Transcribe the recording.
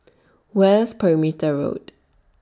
West Perimeter Road